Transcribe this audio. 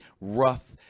rough